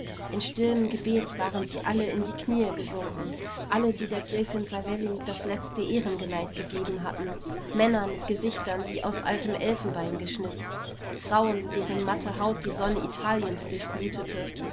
in stillem gebet waren sie alle in die knie gesunken alle die der gräfin savelli das letzte ehrengeleit gegeben hatten männer mit gesichtern wie aus altem elfenbein geschnitzt frauen deren matte haut die sonne italiens